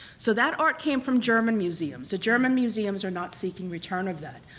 so that art came from german museums. the german museums are not seeking return of that.